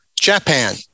Japan